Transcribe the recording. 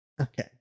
okay